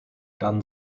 dann